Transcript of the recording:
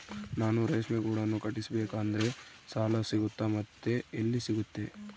ನಾನು ರೇಷ್ಮೆ ಗೂಡನ್ನು ಕಟ್ಟಿಸ್ಬೇಕಂದ್ರೆ ಸಾಲ ಸಿಗುತ್ತಾ ಮತ್ತೆ ಎಲ್ಲಿ ಸಿಗುತ್ತೆ?